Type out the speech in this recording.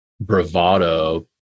bravado